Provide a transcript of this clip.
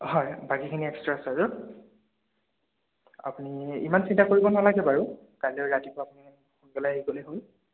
হয় বাকীখিনি এক্সট্ৰা চাৰ্জত আপুনি ইমান চিন্তা কৰিব নালাগে বাৰু কাইলৈ ৰাতিপুৱা আপুনি সোনকালে আহি গ'লেই হ' ল